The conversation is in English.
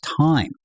time